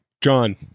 John